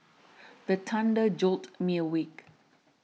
the thunder jolt me awake